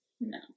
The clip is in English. no